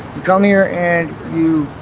come here and you